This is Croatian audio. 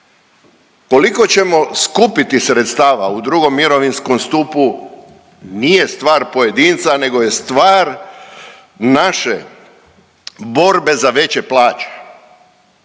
Koliko ćemo skupiti sredstava u drugom mirovinskom stupu nije stvar pojedinca, nego je stvar naše borbe za veće plaće,